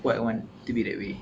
what you want to be that way